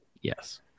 Yes